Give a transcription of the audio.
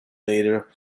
later